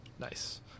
Nice